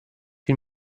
bin